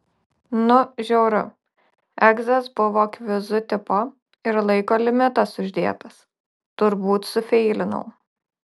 nu žiauru egzas buvo kvizų tipo ir laiko limitas uždėtas turbūt sufeilinau